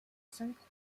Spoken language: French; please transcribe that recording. sainte